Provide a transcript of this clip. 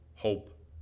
hope